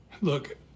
Look